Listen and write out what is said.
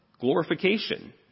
glorification